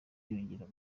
yongera